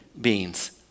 beings